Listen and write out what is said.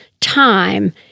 time